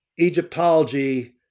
Egyptology